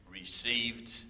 received